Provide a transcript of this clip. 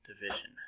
division